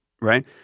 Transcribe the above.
Right